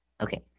Okay